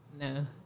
no